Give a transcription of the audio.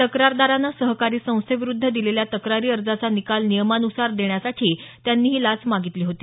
तक्रारदारानं सहकारी संस्थेविरुद्ध दिलेल्या तक्रारी अर्जाचा निकाल नियमानुसार देण्यासाठी त्यांनी ही लाच मागितली होती